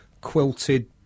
quilted